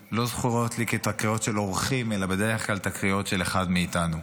זכורות לי כתקריות של אורחים אלא בדרך כלל תקריות של אחד מאיתנו.